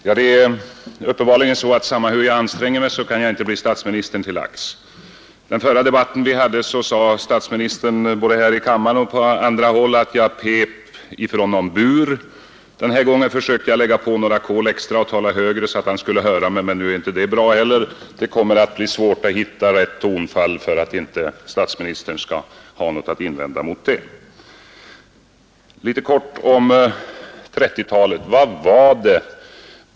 Fru talman! Det gör uppenbarligen detsamma hur jag än anstränger mig; jag kan ändå inte göra statsministern till lags. Vid den förra debatten som vi hade sade statsministern både här i kammaren och på andra håll att jag pep i någon bur. Den här gången försökte jag lägga på några kol extra och tala högre för att han skulle höra mig, men nu är inte heller det bra. Det kommer att bli svårt att hitta rätt tonfall, som statsministern inte har någonting att invända mot. Litet kortfattat om 1930-talet!